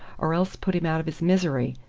or else put him out of his misery.